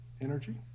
Energy